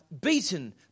beaten